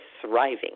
Thriving